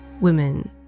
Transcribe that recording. women